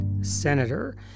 senator